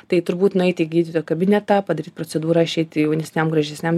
tai turbūt nueit į gydytojo kabinetą padaryt procedūrą išeiti jaunesniam gražesniam